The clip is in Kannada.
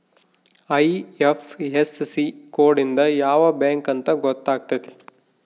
ಐ.ಐಫ್.ಎಸ್.ಸಿ ಕೋಡ್ ಇಂದ ಯಾವ ಬ್ಯಾಂಕ್ ಅಂತ ಗೊತ್ತಾತತೆ